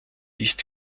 ist